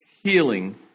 healing